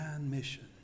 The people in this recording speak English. mission